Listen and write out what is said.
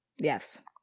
Yes